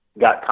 got